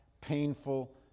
painful